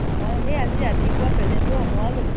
মই সেই আজি ৰাতিপুৱা প্ৰেজেন্টটো অনোৱালোঁ